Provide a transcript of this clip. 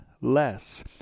less